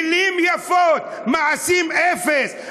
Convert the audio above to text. מילים יפות, מעשים אפס.